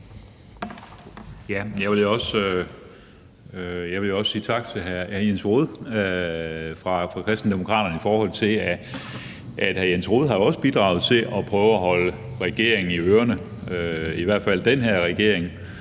Jeg vil også sige tak til hr. Jens Rohde fra Kristendemokraterne, for hr. Jens Rohde har jo også bidraget til at forsøge at holde regeringen i ørerne – i hvert fald den her regering.